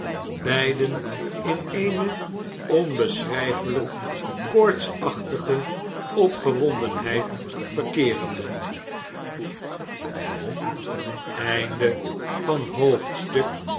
beiden in eene onbeschrijfelijk koortsachtige opgewondenheid verkeerende vervolging en